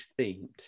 themed